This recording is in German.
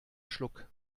schluck